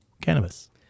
cannabis